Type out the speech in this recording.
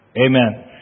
Amen